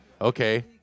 Okay